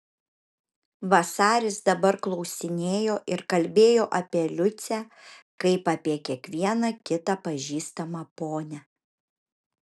vasaris dabar klausinėjo ir kalbėjo apie liucę kaip apie kiekvieną kitą pažįstamą ponią